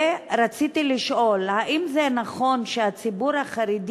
ורציתי לשאול: האם זה נכון שהציבור החרדי